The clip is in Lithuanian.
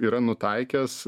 yra nutaikęs